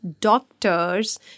doctors